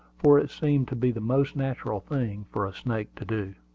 for it seemed to be the most natural thing for a snake to do.